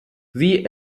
sie